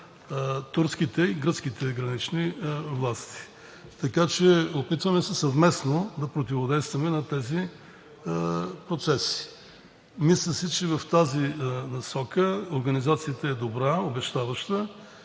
турските и гръцките гранични власти. Така че опитваме се съвместно да противодействаме на тези процеси. Мисля си, че в тази насока организацията е добра, обещаваща.